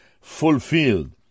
fulfilled